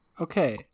Okay